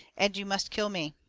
and you must kill me.